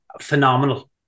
phenomenal